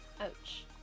Ouch